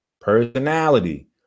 personality